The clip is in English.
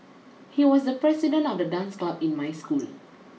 he was the president of the dance club in my school